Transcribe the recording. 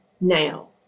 now